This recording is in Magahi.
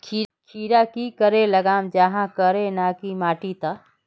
खीरा की करे लगाम जाहाँ करे ना की माटी त?